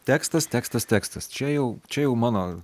tekstas tekstas tekstas čia jau čia jau mano